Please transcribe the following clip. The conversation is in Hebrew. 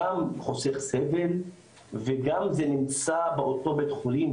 גם חוסך סבל וגם זה נמצא באותו בית-חולים,